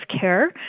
care